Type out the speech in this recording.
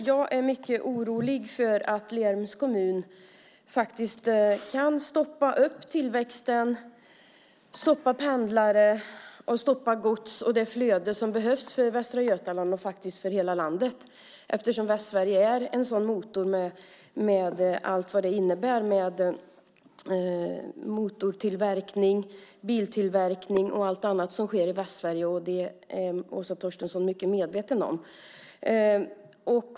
Jag är mycket orolig för att Lerums kommun kan stoppa tillväxten, stoppa pendlare, gods och det flöde som behövs för Västra Götaland och för hela landet eftersom Västsverige är en sådan motor med allt vad det innebär med motortillverkning, biltillverkning och allt annat som sker i Västsverige. Åsa Torstensson är mycket medveten om detta.